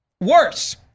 Worse